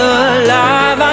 alive